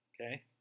Okay